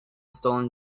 stolen